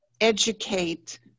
educate